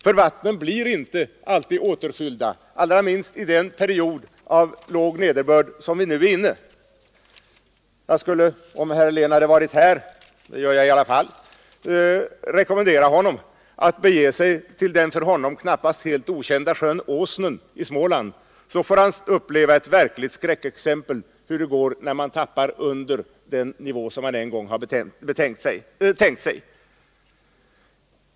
Magasinen blir nämligen inte alltid återfyllda, allra minst i den period av låg nederbörd som vi nu är inne i. Jag vill rekommendera herr Helén — jag gör det trots att han inte är närvarande i kammaren — att bege sig till den för honom knappast helt okända sjön Åsnen i Småland, så får han uppleva ett verkligt skräckexempel på hur det går när man tappar under den nivå som man en gång tänkt sig.